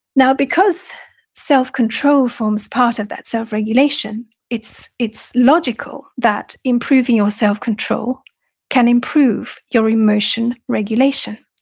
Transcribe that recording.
now, because self-control forms part of that self-regulation, it's it's logical that improving your self-control can improve your emotion regulation.